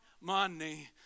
money